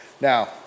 now